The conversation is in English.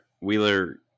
Wheeler